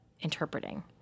interpreting